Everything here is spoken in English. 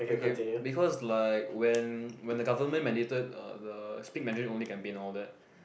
okay because like when when the government mandated uh the speak Mandarin only campaign all that